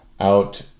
out